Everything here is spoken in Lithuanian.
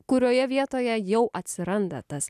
kurioje vietoje jau atsiranda tas